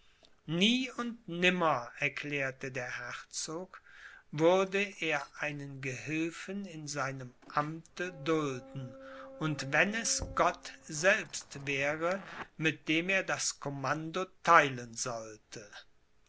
nie und nimmermehr erklärte der herzog würde er einen gehilfen in seinem amte dulden und wenn es gott selbst wäre mit dem er das commando theilen sollte